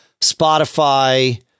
Spotify